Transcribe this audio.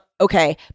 Okay